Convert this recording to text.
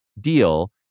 deal